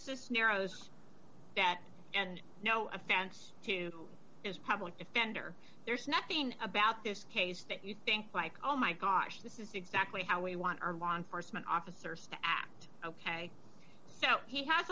cisneros that and no offense to his public defender there's nothing about this case that you think like oh my gosh this is exactly how we want our law enforcement officers to act ok so he has